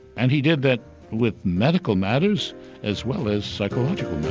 and he did that with medical matters as well as psychological